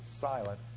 silent